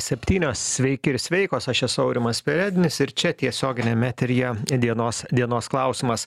septynios sveiki ir sveikos aš esu aurimas perednis ir čia tiesioginiam eteryje dienos dienos klausimas